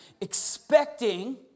Expecting